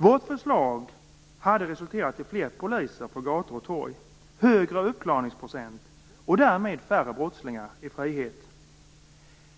Vårt förslag hade resulterat i fler poliser på gator och torg, högre uppklarningsprocent och därmed färre brottslingar i frihet.